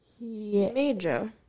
Major